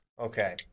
okay